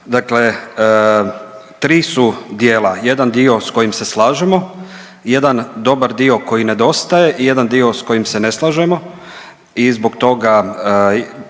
Dakle, tri su dijela jedan dio sa kojim se slažemo, jedan dobar dio koji nedostaje i jedan dio sa kojim se ne slažemo i zbog toga